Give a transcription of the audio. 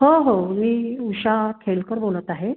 हो हो मी उषा खेडकर बोलत आहे